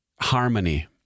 Harmony